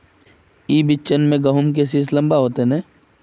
ई बिचन में गहुम के सीस लम्बा होते नय?